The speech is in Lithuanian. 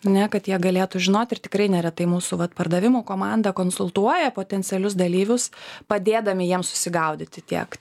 ar ne kad jie galėtų žinoti ir tikrai neretai mūsų vat pardavimų komanda konsultuoja potencialius dalyvius padėdami jiems susigaudyti tiek